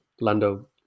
Lando